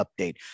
update